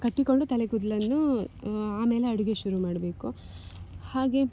ಕಟ್ಟಿಕೊಂಡು ತಲೆ ಕೂದಲನ್ನು ಆಮೇಲೆ ಅಡುಗೆ ಶುರು ಮಾಡಬೇಕು ಹಾಗೇ